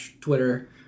Twitter